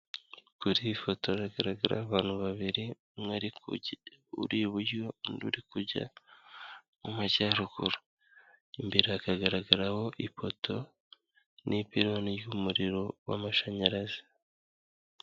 Kuri iyi foto hagaragaraho abantu babiri, umwe uri iburyo, undi uri kujya mu majyaruguru, imbere hakagaragaraho ipoto n'ipironi ry'umuriro w'amashanyarazi.